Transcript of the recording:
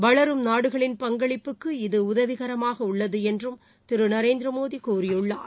வளரும் நாடுகளின் பங்களிப்புக்கு இது உதவிகரமாக உள்ளது என்றும் திரு நரேந்திரமோடி கூறியுள்ளார்